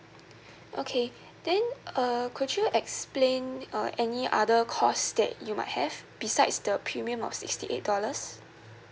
okay then err could you explain uh any other course that you might have besides the premium of sixty eight dollars